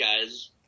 guys